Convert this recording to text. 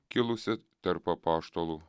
kilusį tarp apaštalų